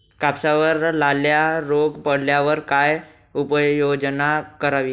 कापसावर लाल्या रोग पडल्यावर काय उपाययोजना करावी?